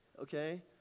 Okay